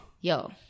Yo